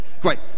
Great